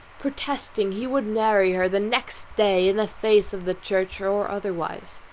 protesting he would marry her the next day in the face of the church, or otherwise,